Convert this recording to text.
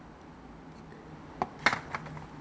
Watsons Guardian I think you can check it out